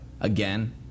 again